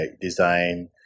design